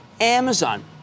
Amazon